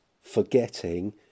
forgetting